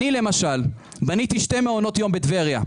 אני למשל בניתי שני מעונות יום בטבריה.